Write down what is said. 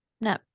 no